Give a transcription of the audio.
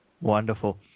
Wonderful